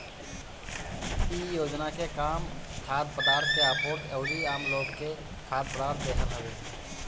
इ योजना के काम खाद्य पदार्थ के आपूर्ति अउरी आमलोग के खाद्य पदार्थ देहल हवे